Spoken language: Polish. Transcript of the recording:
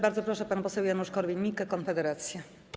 Bardzo proszę, pan poseł Janusz Korwin-Mikke, Konfederacja.